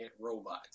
robots